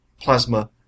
plasma